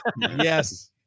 Yes